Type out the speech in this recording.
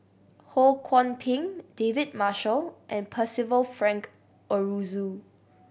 Ho Kwon Ping David Marshall and Percival Frank Aroozoo